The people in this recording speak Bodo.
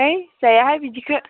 है जायाहाय बिदिखौ